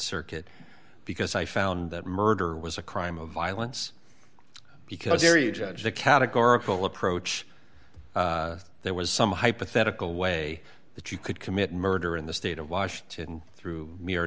circuit because i found that murder was a crime of violence because here you judge the categorical approach there was some hypothetical way that you could commit murder in the state of washington through m